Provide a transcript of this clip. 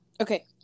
Okay